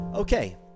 Okay